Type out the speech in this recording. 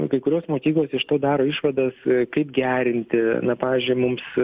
nu kai kurios mokyklos iš to daro išvadas kaip gerinti na pavyzdžiui mums